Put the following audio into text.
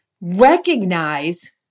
recognize